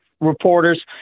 reporters